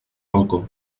balcó